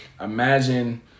imagine